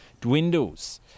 dwindles